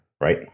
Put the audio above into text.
right